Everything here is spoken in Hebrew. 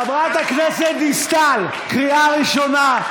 חברת הכנסת דיסטל, קריאה ראשונה.